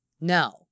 no